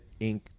Inc